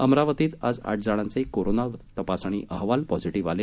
अमरावतीत आज आठ जणांचे कोरोना तपासणी अहवाल पॉझिटिव्ह आले